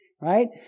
right